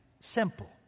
Simple